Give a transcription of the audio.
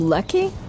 Lucky